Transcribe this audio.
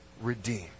redeem